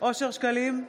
אושר שקלים,